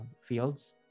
fields